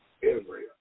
Israel